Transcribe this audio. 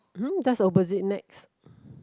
mmhmm just opposite nex